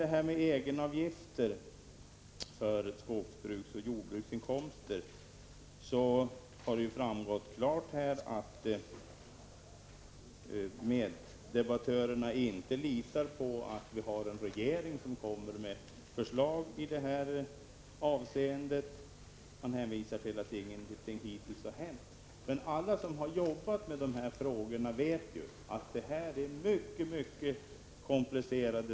Beträffande egenavgifter för vissa skogsbruksoch jordbruksinkomster vill jag säga att det ju har klart framgått att meddebattörerna inte litar på att vi har en regering som kommer att lägga fram förslag. Det hänvisas till att ingenting har hänt, men alla som har arbetat med dessa frågor vet ju att det här är mycket komplicerat.